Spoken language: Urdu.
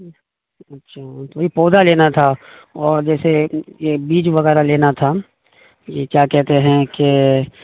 اچھا تو وہی پودھا لینا تھا اور جیسے یہ بیج وغیرہ لینا تھا یہ کیا کہتے ہیں کہ